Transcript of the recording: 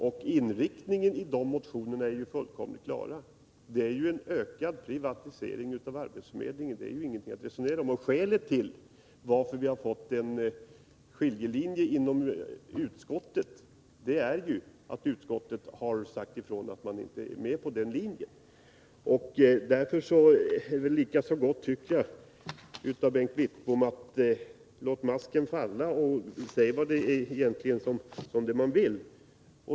Dessa motioners inriktning är fullkomligt klar, nämligen en ökad privatisering av arbetsförmedlingen. Det är ingenting att resonera om. Skälet till att vi har fått en skiljelinje inom utskottet är ju att utskottet har förklarat att det inte är med på en sådan privatisering. Därför är det lika bra att Bengt Wittbom låter masken falla och säger vad han egentligen vill.